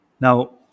Now